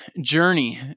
journey